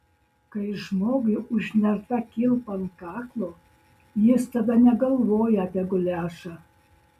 kai žmogui užnerta kilpa ant kaklo jis tada negalvoja apie guliašą